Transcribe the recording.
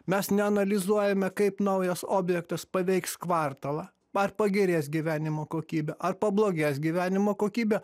mes neanalizuojame kaip naujas objektas paveiks kvartalą ar pagerės gyvenimo kokybė ar pablogės gyvenimo kokybė